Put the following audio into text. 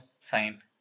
fine